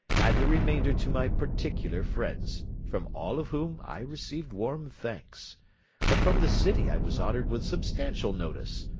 and the remainder to my particular friends, from all of whom i received warm thanks but from the city i was honoured with substantial notice,